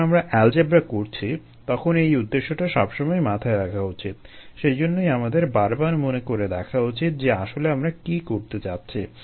যখন আমরা এলজেব্রা করছি তখন এই উদ্দেশ্যটা সবসময় মাথায় রাখা উচিত সেজন্যেই আমাদের বার বার মনে করে দেখা উচিত যে আসলে আমরা কী করতে চাচ্ছি